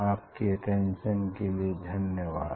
आपकी अटेंशन के लिए धन्यवाद